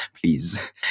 please